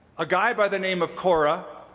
a guy by the name of korah